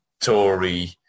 Tory